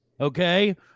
okay